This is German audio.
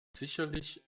sicherlich